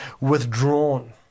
withdrawn